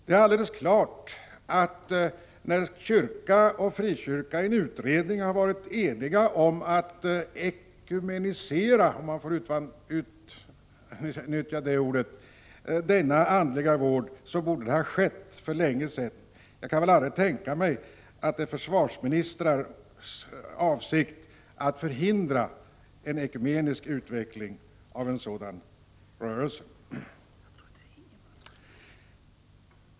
Det är alldeles klart att när kyrka och frikyrka i en utredning har varit eniga om att ekumenisera, om man får använda det ordet, denna andliga vård så borde det ha skett för länge sedan. Jag kan inte tänka mig att det är försvarsministrars avsikt att förhindra en ekumenisk utveckling av en sådan verksamhet.